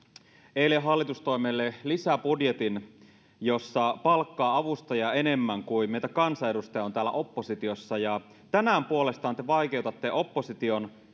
eilen hallitus toi meille lisäbudjetin jossa se palkkaa avustajia enemmän kuin meitä kansanedustajia on täällä oppositiossa ja tänään te puolestaan vaikeutatte opposition